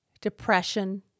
depression